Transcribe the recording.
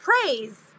praise